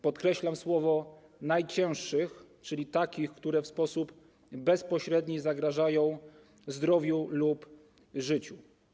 Podkreślam słowo „najcięższych”, czyli takich, które w sposób bezpośredni zagrażają zdrowiu lub życiu.